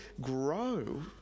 grow